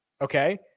Okay